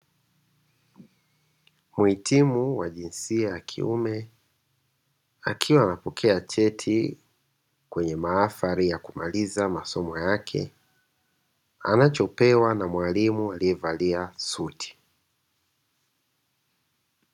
Mhitimu wa jinsia ya kiume, akiwa anapokea cheti kwenye mahafali ya kumaliza masomo yake, anacho pewa na mwalimu aliye valia suti.